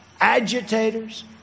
agitators